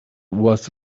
was